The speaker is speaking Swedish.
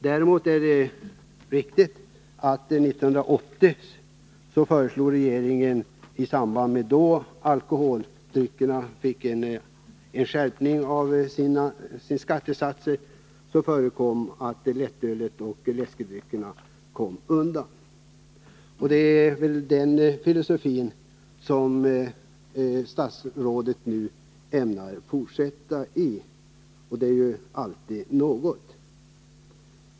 Däremot är det riktigt att regeringen 1980, i samband med att skattesatserna på alkoholdrycker skärptes, föreslog att lättölet och läskedryckerna skulle komma undan. Det är väl den filosofin som statsrådet ämnar fortsätta med, och det är alltid något.